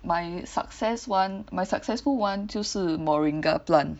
my success one my successful one 就是 Moringa plant